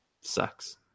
sucks